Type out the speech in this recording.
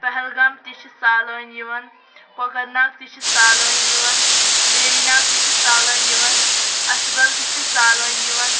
پہَلگام تہِ چھُ سالٲنۍ یِوان کۄکرناگ تہِ چھِ سالانۍ یِوان ویری ناگ تہِ چھِ سالٲنۍ یِوان اچھِ بل تہِ چھِ سالٲنۍ یِوان